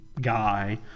guy